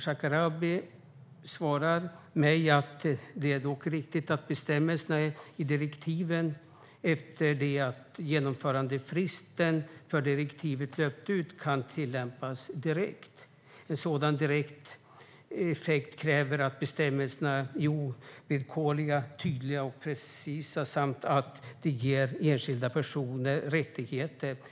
Shekarabi svarar mig: "Det är dock riktigt att bestämmelser i direktiven, efter det att genomförandefristen för direktiven löpt ut, kan bli tillämpliga direkt. För sådan direkt effekt krävs att bestämmelserna är ovillkorliga, tydliga och precisa samt att de ger enskilda personer rättigheter.